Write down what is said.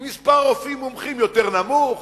עם מספר רופאים מומחים יותר נמוך,